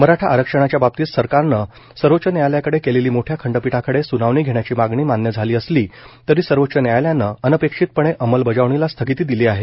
मराठा आरक्षणाच्या बाबतीत सरकारने सर्वोच्च न्यायालयाकडे केलेली मोठ्या खंडपिठाकडे सुनावणी घेण्याची मागणी मान्य झाली असली तरी सर्वोच्च न्यायालयानं अनपेक्षितपणे अंमलबजावणीला स्थगिती दिली आहे